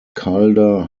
calder